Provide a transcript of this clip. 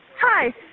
hi